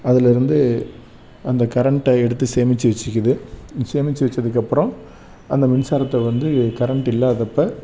அதுலேருந்து அந்த கரண்ட்டை எடுத்து சேமித்து வச்சுக்கிது சேமித்து வச்சதுக்கப்புறம் அந்த மின்சாரத்தை வந்து கரண்ட் இல்லாதப்போ